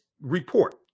report